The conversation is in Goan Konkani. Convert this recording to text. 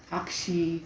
आक्षी